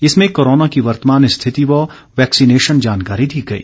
इसमें कोरोना की वर्तमान स्थिति व वैक्सीनेशन जानकारी दी गई